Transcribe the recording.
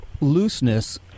looseness